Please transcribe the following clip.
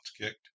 kicked